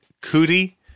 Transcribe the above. cootie